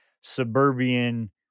suburban